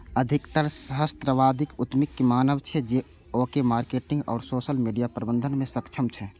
अधिकतर सहस्राब्दी उद्यमीक मानब छै, जे ओ मार्केटिंग आ सोशल मीडिया प्रबंधन मे सक्षम छै